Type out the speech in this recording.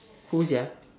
who sia